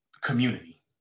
community